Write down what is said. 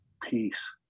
peace